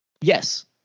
yes